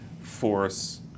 force